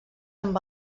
amb